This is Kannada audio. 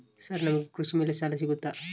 ಸರ್ ನಮಗೆ ಕೃಷಿ ಮೇಲೆ ಸಾಲ ಸಿಗುತ್ತಾ?